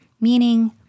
meaning